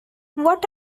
what